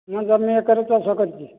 ମୁଁ ଜମି ଏକର ଚାଷ କରିଛି